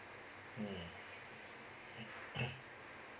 mm